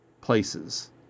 places